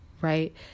right